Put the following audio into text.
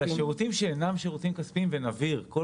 על השירותים שאינם שירותים כספיים ונבהיר שכל